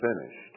finished